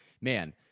Man